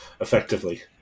effectively